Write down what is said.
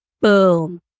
boom